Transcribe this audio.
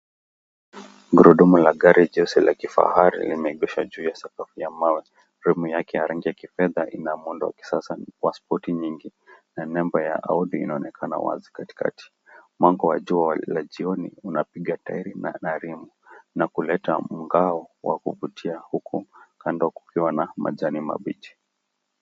Gurudumu la gari jinsi la kifaari limehegeswa juu ya mawe, tim yake ya rangi yake ya kifedha inamuundo wa kisasa kwa spoti nyingi, na namba ya audid inaonekana wazi katikati, mwanga wa jua ya jioni unapiga tairi na rimu na kuleta mngao wa kuvutia, huku kando kukiwa na majani mabichi.